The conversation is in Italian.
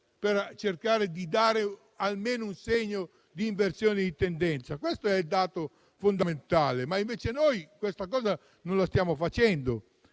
per cercare di dare almeno un segno di inversione di tendenza. Questo è il dato fondamentale. Invece noi questo non lo stiamo facendo.